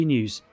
News